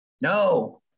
No